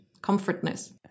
comfortness